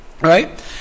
Right